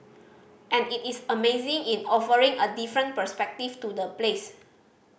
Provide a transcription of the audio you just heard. and it is amazing in offering a different perspective to the place